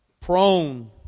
prone